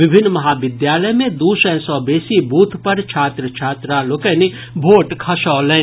विभिन्न महाविद्यालय मे दू सय सँ बेसी बूथ पर छात्र छात्रा लोकनि भोट खसौलनि